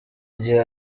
igihe